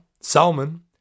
Salmon